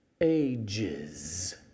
ages